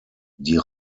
die